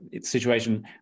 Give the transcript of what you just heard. situation